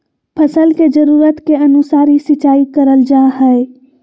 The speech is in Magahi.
फसल के जरुरत के अनुसार ही सिंचाई करल जा हय